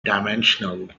dimensional